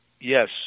Yes